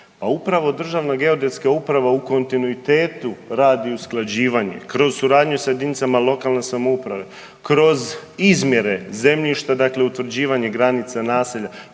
upravo Državna geodetska uprava u kontinuitetu radi usklađivanje, kroz suradnju s jedinicama lokalne samouprave, kroz izmjene zemljišta, dakle utvrđivanje granica naselja,